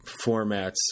formats